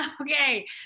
Okay